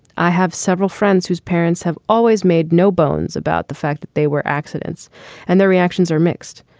i have several friends whose parents have always made no bones about the fact that they were accidents and their reactions are mixed.